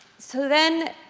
so then,